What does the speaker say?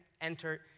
enter